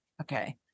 Okay